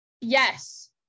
Yes